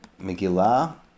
Megillah